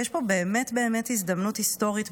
כי יש פה באמת באמת הזדמנות היסטורית,